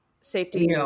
safety